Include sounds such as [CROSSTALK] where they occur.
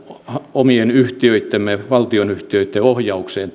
omien yhtiöittemme valtionyhtiöitten ohjaukseen [UNINTELLIGIBLE]